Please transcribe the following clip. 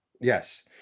Yes